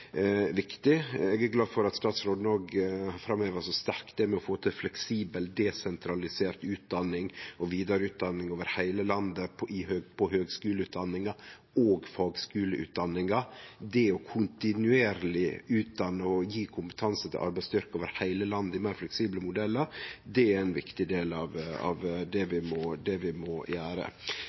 viktig. Eg er glad for at statsråden òg framheva så sterkt det med å få til fleksibel desentralisert utdanning og vidareutdanning over heile landet på høgskuleutdanningar og fagskuleutdanningar. Det å kontinuerleg utdanne og gje kompetanse til arbeidsstyrke over heile landet i meir fleksible modellar er ein viktig del av det vi må gjere. Det er mykje vi